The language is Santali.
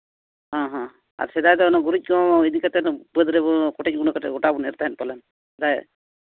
ᱦᱮᱸ ᱦᱮᱸ ᱟᱨ ᱥᱮᱫᱟᱭ ᱫᱚ ᱚᱱᱟ ᱜᱩᱨᱤᱡ ᱠᱚ ᱤᱫᱤ ᱠᱟᱛᱮᱫ ᱵᱟᱹᱫᱽ ᱨᱮᱵᱚᱱ ᱠᱚᱴᱮᱡ ᱜᱩᱸᱰᱟᱹ ᱠᱟᱛᱮᱫ ᱜᱚᱴᱟ ᱵᱚᱱ ᱮᱨ ᱛᱟᱦᱮᱸᱫ ᱯᱟᱞᱮᱱ ᱥᱮᱫᱟᱭᱟᱜ